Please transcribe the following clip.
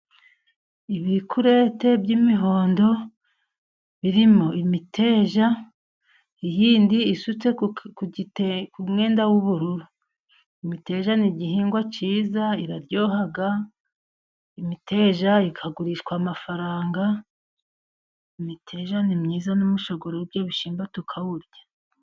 Ibikurete by'imihondo birimo imiteja, iyindi isutse ku mwenda w'ubururu, imiteja ni igihingwa cyiza iraryoha imiteja ikagurishwa amafaranga, imiteja ni myiza n'umushogoro w' ibyo bishyimbo tukawurya.